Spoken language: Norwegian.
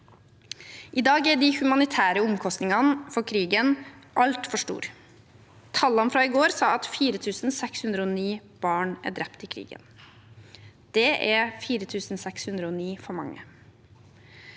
I dag er de humanitære omkostningene ved krigen altfor store. Tallene fra i går sa at 4 609 barn er drept i krigen. Det er 4 609 for mange.